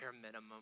minimum